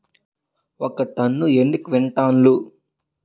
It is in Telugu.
ఒక టన్ను ఎన్ని క్వింటాల్లు?